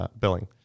billing